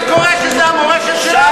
לזה אתה קורא שזה המורשת שלנו?